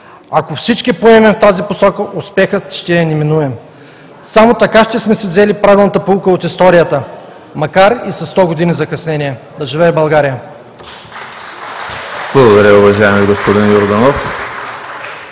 Ако всички поемем в тази посока, успехът ще е неминуем. Само така ще сме си взели правилната поука от историята, макар и със сто години закъснение. Да живее България!